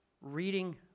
reading